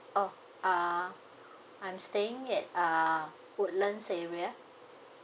oh uh I'm staying at uh woodlands area